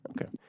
Okay